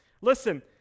Listen